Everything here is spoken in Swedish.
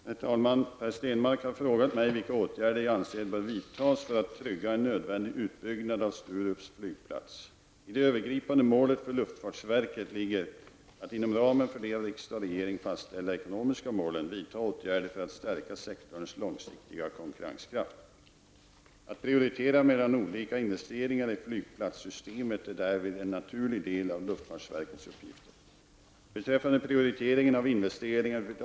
Herr talman! Per Stenmarck har frågat mig vilka åtgärder jag anser bör vidtas för att trygga en nödvändig utbyggnad av Sturups flygplats. I det övergripande målet för luftfartsverket ligger att inom ramen för de av riksdag och regering fastställda ekonomiska målen vidta åtgärder för att stärka sektorns långsiktiga konkurrenskraft. Att prioritera mellan olika investeringar i flygplatssystemet är därvid en naturlig del av luftfartsverkets uppgifter.